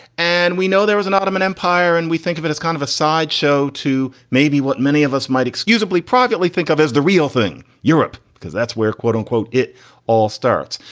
and we know there was an ottoman empire and we think of it as kind of a sideshow to maybe what many of us might excusable privately think of as the real thing europe, because that's where, quote unquote, it all starts.